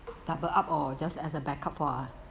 double up or just as a backup for uh